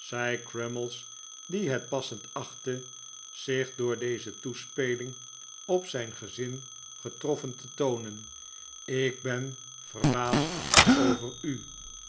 crummies die het passend achtte zich door deze toespeling op zijn gezin getroffen te toonen ik ben verbaasd over u